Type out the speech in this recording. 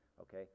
okay